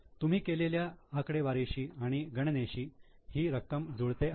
तुम्ही केलेल्या आकडेवारीशी आणि गणेनेशी ही रक्कम जुळते आहे का